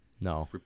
No